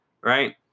Right